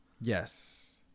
Yes